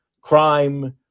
crime